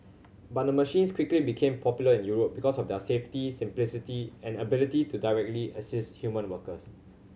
but the machines quickly became popular in Europe because of their safety simplicity and ability to directly assist human workers